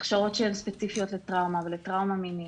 הכשרות שהן ספציפיות לטראומה ולטראומה מינית.